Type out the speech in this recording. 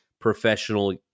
professional